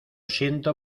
siento